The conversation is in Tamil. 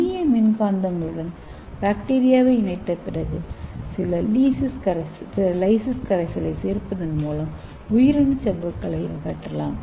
நுண்ணிய மின்காந்தங்களுடன் பாக்டீரியாவை இணைத்த பிறகு சில லீசிஸ் கரைசலைச் சேர்ப்பதன் மூலம் உயிரணு சவ்வுகளை அகற்றலாம்